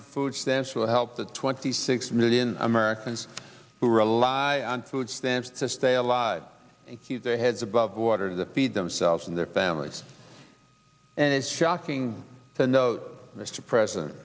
money food stamps will help the twenty six million americans who rely on food stamps to stay alive he's their heads above water the feed themselves and their families and it's shocking to note mr president